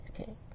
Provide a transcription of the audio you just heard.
okay